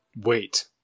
wait